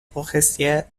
forestiers